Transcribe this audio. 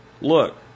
look